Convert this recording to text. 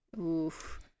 Oof